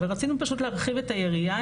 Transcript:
ורצינו פשוט להרחיב את היריעה,